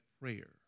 prayer